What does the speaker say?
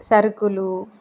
సరుకులు